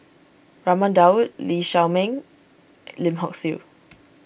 Raman Daud Lee Shao Meng Lim Hock Siew